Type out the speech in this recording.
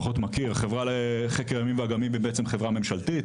החברה לחקר ימים ואגמים היא בעצם חברה ממשלתית,